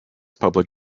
public